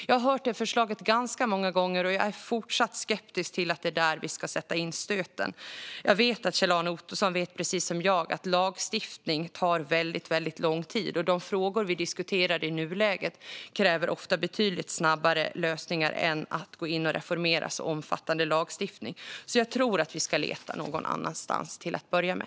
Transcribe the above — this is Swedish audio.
Jag har hört det förslaget ganska många gånger, och jag är fortsatt skeptisk till att det är där vi ska sätta in stöten. Jag vet att Kjell-Arne Ottosson precis som jag vet att lagstiftning tar väldigt lång tid, och de frågor vi diskuterar i nuläget kräver ofta betydligt snabbare lösningar än att gå in och reformera en så omfattande lagstiftning. Jag tror alltså att vi ska leta någon annanstans till att börja med.